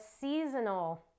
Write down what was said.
seasonal